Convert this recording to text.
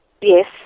Yes